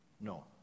No